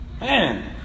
Man